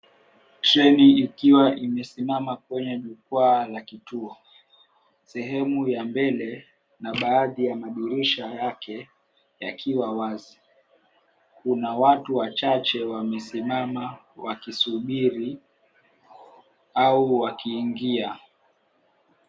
Treni ikiwa imesimama kwenye jukwaa la kituo, sehemu ya mbele na baadhi ya madirisha yake yakiwa wazi. Kuna watu wachache wamesimama wakisubiri au wakiingia.